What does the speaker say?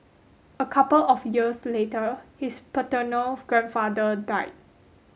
a couple of years later his paternal grandfather died